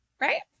Right